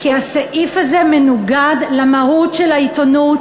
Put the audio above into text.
הסעיף הזה מנוגד למהות של העיתונות.